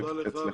תודה לך.